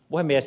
puhemies